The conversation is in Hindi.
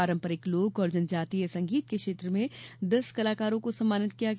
पारम्पारिक लोक और जनजातीय संगीत के क्षेत्र में दस कलाकारों को सम्मानित किया गया